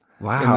Wow